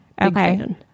Okay